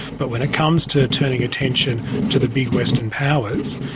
but when it comes to turning attention to the big western powers,